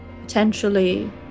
potentially